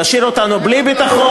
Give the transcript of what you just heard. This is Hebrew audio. תשאיר אותנו בלי ביטחון,